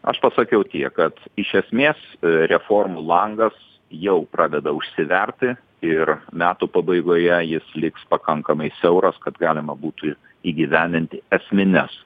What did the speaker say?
aš pasakiau tiek kad iš esmės reformų langas jau pradeda užsiverti ir metų pabaigoje jis liks pakankamai siauras kad galima būtų įgyvendinti esmines